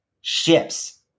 ships